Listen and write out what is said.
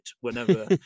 whenever